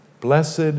Blessed